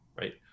right